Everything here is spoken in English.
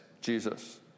Jesus